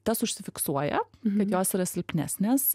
tas užsifiksuoja kad jos yra silpnesnės